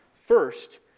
First